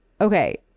Okay